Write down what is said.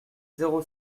zéro